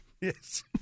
Yes